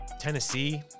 Tennessee